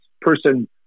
person